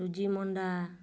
ସୁଜି ମଣ୍ଡା